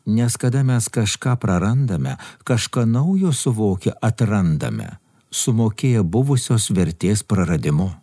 nes kada mes kažką prarandame kažką naujo suvokę atrandame sumokėję buvusios vertės praradimu